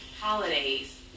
holidays